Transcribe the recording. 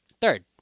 Third